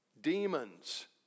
demons